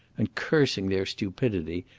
and, cursing their stupidity,